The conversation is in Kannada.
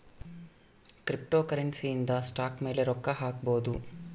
ಕ್ರಿಪ್ಟೋಕರೆನ್ಸಿ ಇಂದ ಸ್ಟಾಕ್ ಮೇಲೆ ರೊಕ್ಕ ಹಾಕ್ಬೊದು